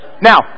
Now